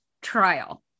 trial